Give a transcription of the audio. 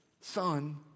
Son